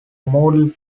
modelled